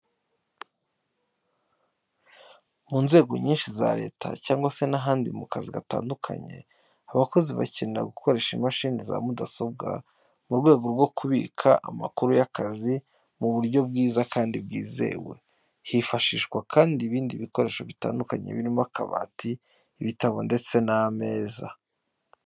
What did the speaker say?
Mu nzego nyinshi za leta cyangwa se n'ahandi mu kazi gatandukanye, abakozi bakenera gukoresha imashini za mudasobwa mu rwego rwo kubika amakuru y'akazi mu buryo bwiza kandi bwizewe. Hifashishwa kandi ibindi bikoresho bitandukanye birimo akabati, ibitabo ndetse n'ameza.